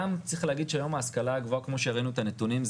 גם צריך להגיד שהיום ההשכלה הגבוהה כמו שראינו את הנתונים,